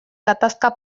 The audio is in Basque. gatazka